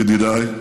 ידידיי,